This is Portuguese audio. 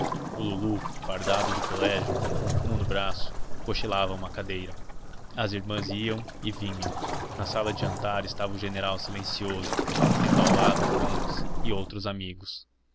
o lulu fardado do colégio com fumo no braço cochilava a uma cadeira as irmãs iam e vinham na sala de jantar estava o general silencioso tendo ao lado fontes e outros amigos